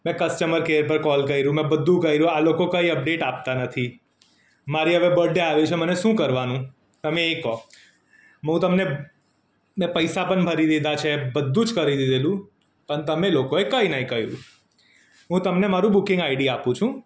મેં customer care પર call કર્યું મેં બધું કર્યું આ લોકો કંઈ અપડેટ આપતા નથી મારી હવે બર્થ ડે આવે છે મારે હવે શું કરવાનું તમે એ કહો હું તમને મેં પૈસા પણ ભરી દીધા છે બધું જ કરી દીધેલું પણ તમે લોકોએ કંઈ ન કર્યું હું તમને મારું બુકિંગ આઈડી આપું છું